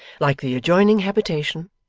like the adjoining habitation,